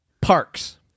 parks